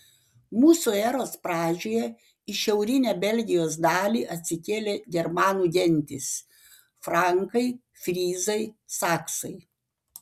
mūsų eros pradžioje į šiaurinę belgijos dalį atsikėlė germanų gentys frankai fryzai saksai